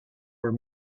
were